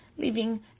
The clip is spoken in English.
leaving